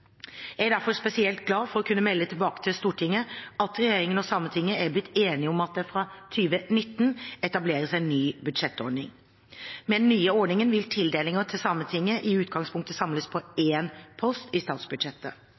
Jeg er derfor spesielt glad for å kunne melde tilbake til Stortinget at regjeringen og Sametinget er blitt enige om at det fra 2019 etableres en ny budsjettordning. Med den nye ordningen vil tildelinger til Sametinget i utgangspunktet samles på én post i statsbudsjettet.